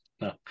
no